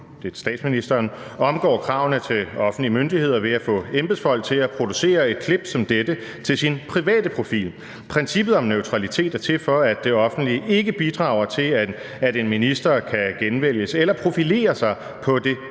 »omgår kravene til offentlige myndigheder ved at få embedsfolk til at producere et klip som dette til sin private profil. Princippet om neutralitet er til for, at det offentlige ikke bidrager til, at en minister nemmere kan genvælges eller profilere sig på det